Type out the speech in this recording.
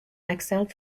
exiled